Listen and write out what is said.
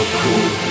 cool